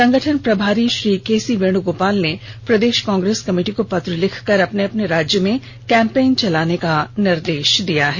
संगठन प्रभारी श्री केसी वेणुगोपाल ने प्रदेश कांग्रेस कमेटी को पत्र लिखकर अपने अपने राज्यों में कैंपेन चलाने का निर्देश दिया है